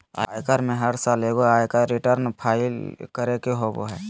आयकर में हर साल एगो आयकर रिटर्न फाइल करे के होबो हइ